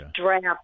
draft